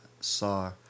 saw